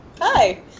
Hi